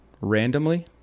randomly